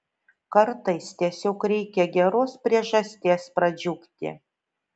kartais tiesiog reikia geros priežasties pradžiugti